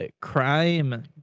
crime